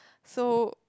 so